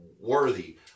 worthy